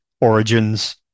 origins